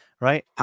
right